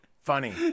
funny